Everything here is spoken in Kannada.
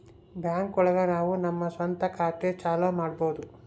ಬ್ಯಾಂಕ್ ಒಳಗ ನಾವು ನಮ್ ಸ್ವಂತ ಖಾತೆ ಚಾಲೂ ಮಾಡ್ಬೋದು